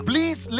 Please